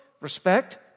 Respect